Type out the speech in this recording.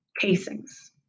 casings